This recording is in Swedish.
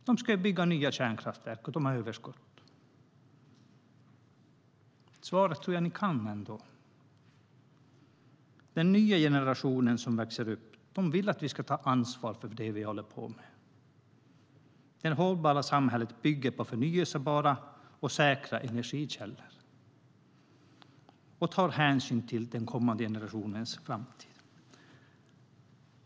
De ska ju bygga nya kärnkraftverk, och de har överskott på el. Jag tror att ni kan svaret. Den nya generation som växer upp vill att vi ska ta ansvar för det vi håller på med. Det hållbara samhället bygger på förnybara och säkra energikällor och tar hänsyn till den kommande generationens framtid.